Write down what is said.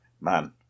man